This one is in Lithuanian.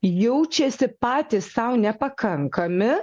jaučiasi patys sau nepakankami